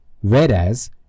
Whereas